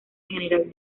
general